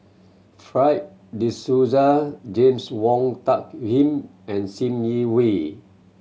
Fred De Souza James Wong Tuck Yim and Sim Yi Hui